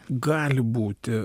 gali būti